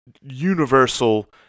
universal